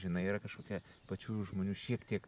žinai yra kažkokia pačių žmonių šiek tiek